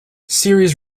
series